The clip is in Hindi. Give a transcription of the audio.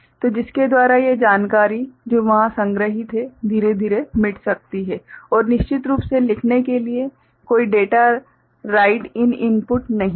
तो जिसके द्वारा ये जानकारी जो वहां संग्रहीत है धीरे धीरे मिट सकती है और निश्चित रूप से लिखने के लिए कोई डेटा राइट इन इनपुट नहीं है